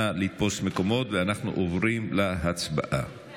נא לתפוס מקומות, אנחנו עוברים להצבעה.